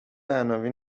عناوین